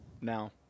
now